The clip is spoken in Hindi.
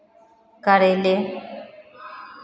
करेले